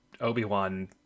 Obi-Wan